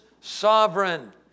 sovereign